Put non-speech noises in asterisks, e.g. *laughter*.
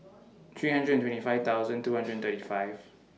three hundred and twenty five thousand two *noise* hundred and thirty five